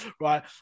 Right